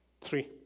Three